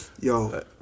yo